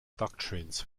doctrines